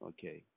Okay